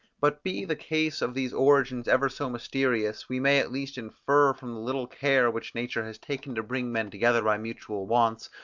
but be the case of these origins ever so mysterious, we may at least infer from the little care which nature has taken to bring men together by mutual wants,